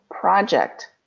project